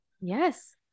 Yes